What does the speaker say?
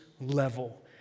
level